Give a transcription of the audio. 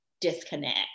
disconnect